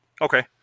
okay